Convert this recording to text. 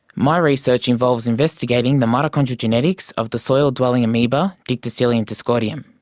my research involves investigating the mitochondrial genetics of the soil dwelling amoeba dictyostelium discoideum.